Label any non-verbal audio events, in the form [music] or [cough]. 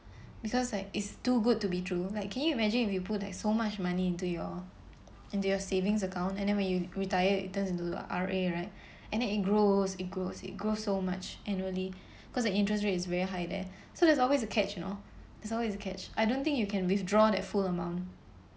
because like is too good to be true like can you imagine if you put like so much money into your into your savings account and then when you retire it turns into R_A right and then it grows it grows it grows so much annually [breath] because the interest rate is very high there so there's always a catch you know there's always catch I don't think you can withdraw that full amount